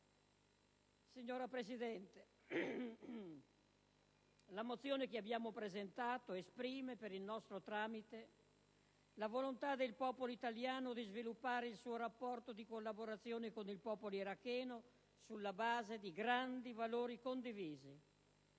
Signora Presidente, la mozione che abbiamo presentato esprime per il nostro tramite la volontà del popolo italiano di sviluppare il suo rapporto di collaborazione con il popolo iracheno, sulla base di grandi valori condivisi.